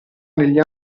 negli